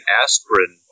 aspirin